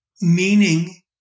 meaning